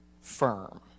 firm